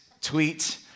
tweet